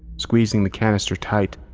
squeezing the canister tight,